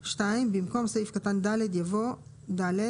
למונית."; במקום סעיף קטן (ד) יבוא: "(ד)